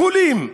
החולים,